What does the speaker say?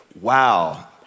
wow